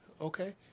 okay